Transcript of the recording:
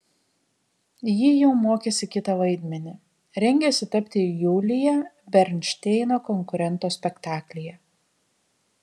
ji jau mokėsi kitą vaidmenį rengėsi tapti julija bernšteino konkurento spektaklyje